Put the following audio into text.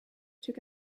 took